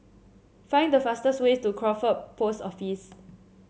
find the fastest way to Crawford Post Office